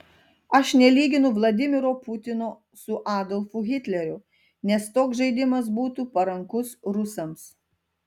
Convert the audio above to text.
aš nelyginu vladimiro putino su adolfu hitleriu nes toks žaidimas būtų parankus rusams